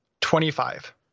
Twenty-five